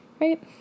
right